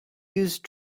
use